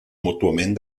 mútuament